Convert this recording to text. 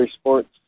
sports